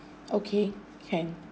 okay can